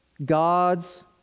God's